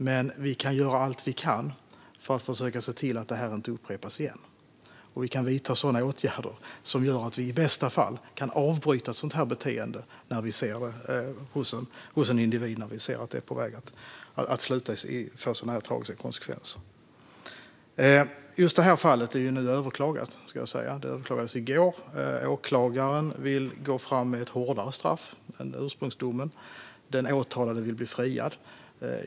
Men vi kan göra allt vi kan för att försöka se till att detta inte upprepas, och vi kan vidta åtgärder som gör att vi i bästa fall kan avbryta ett sådant här beteende hos en individ när vi ser att det är på väg att få sådana här tragiska konsekvenser. I just det här fallet är domen överklagad. Den överklagades i går. Åklagaren vill gå fram med ett hårdare straff än i ursprungsdomen. Den åtalade vill bli friad.